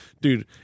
dude